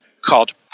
called